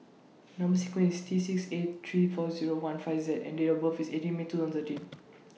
Number sequence IS T six eight three four Zero one five Z and Date of birth IS eighteen May two thousand and thirteen